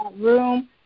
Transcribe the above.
room